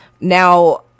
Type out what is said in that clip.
now